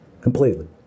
Completely